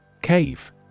Cave